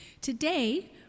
Today